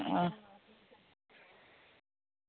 आं